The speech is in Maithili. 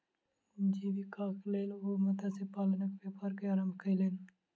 जीवीकाक लेल ओ मत्स्य पालनक व्यापार के आरम्भ केलैन